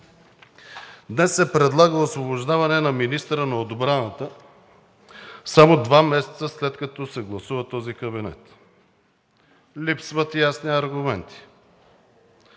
Днес се предлага освобождаване на министъра на отбраната само два месеца, след като се гласува този кабинет. Липсват ясни аргументи,